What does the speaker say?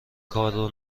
کارو